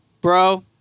bro